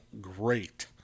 great